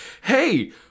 hey